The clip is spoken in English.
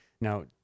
now